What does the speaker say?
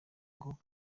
ngo